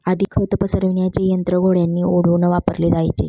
आधी खत पसरविण्याचे यंत्र घोड्यांनी ओढून वापरले जायचे